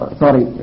sorry